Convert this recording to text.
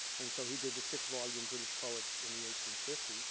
and so he did the six volume british poets in the eighteen fifty s.